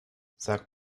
sag